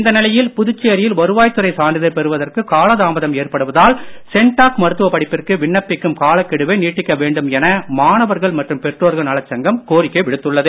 இந்நிலையில் புதுச்சேரியில் வருவாய்துறை சான்றிதழ் பெறுவதற்கு தாமதம் ஏற்படுவதால் சென்டாக் மருத்துவ படிப்பிற்கு கால விண்ணப்பிக்கும் காலக்கெடுவை நீட்டிக்க வேண்டும் என மாணவர்கள் மற்றும் பெற்றோர்கள் நலச்சங்கம் கோரிக்கை விடுத்துள்ளது